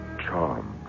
charmed